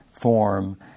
form